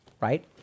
Right